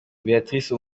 béatrice